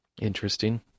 interesting